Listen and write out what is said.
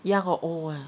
he how old ah